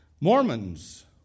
Mormons